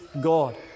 God